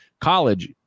College